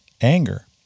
anger